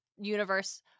universe